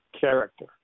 character